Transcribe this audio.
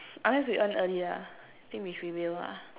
unless we end early lah I think which we will lah